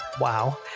wow